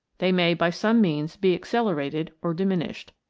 they may by some means be accelerated or diminished.